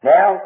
Now